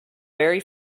very